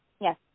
Yes